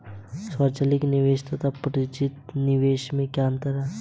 स्वचालित निवेश तथा प्रेरित निवेश में क्या अंतर है?